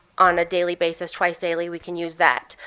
on a daily basis. twice daily, we can use that.